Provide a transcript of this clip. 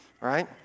right